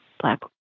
black